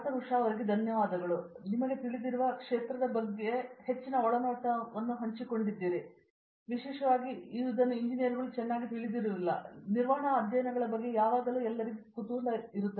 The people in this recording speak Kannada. ಪ್ರತಾಪ್ ಹರಿಡೋಸ್ ನಿಮಗೆ ತಿಳಿದಿರುವ ಕ್ಷೇತ್ರದ ಬಗ್ಗೆ ಹೆಚ್ಚಿನ ಒಳನೋಟವನ್ನು ಹಂಚಿಕೊಳ್ಳಲು ವಿಶೇಷವಾಗಿ ಎಂಜಿನಿಯರುಗಳು ಬಹಳ ಚೆನ್ನಾಗಿ ತಿಳಿದಿರುವುದಿಲ್ಲ ನಿರ್ವಹಣಾ ಅಧ್ಯಯನಗಳ ಬಗ್ಗೆ ಯಾವಾಗಲೂ ಕುತೂಹಲವಿದೆ